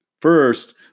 First